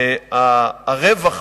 וה"רווח",